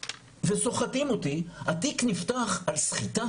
וסוחטים אותה, התיק נפתח על סחיטה